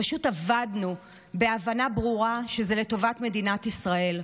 פשוט עבדנו בהבנה ברורה שזה לטובת מדינת ישראל.